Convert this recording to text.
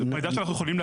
כלומר, לא להכליל,